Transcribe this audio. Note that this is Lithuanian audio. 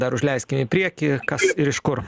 dar užleiskim į priekį kas ir iš kur